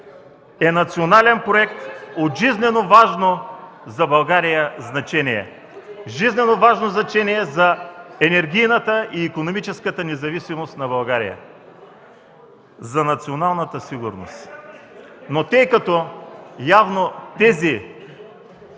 е национален проект от жизненоважно за България значение, жизненоважно значение за енергийната и икономическата независимост на България, за националната ни сигурност. (Шум и реплики